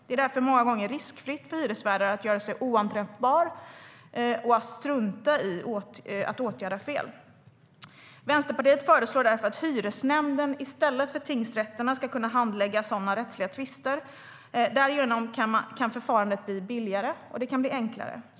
Det är därför många gånger riskfritt för hyresvärdar att göra sig oanträffbara och strunta i att åtgärda fel. Vänsterpartiet föreslår därför att hyresnämnden i stället för tingsrätterna ska kunna handlägga sådana rättsliga tvister. Därigenom kan förfarandet bli både billigare och enklare.